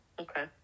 Okay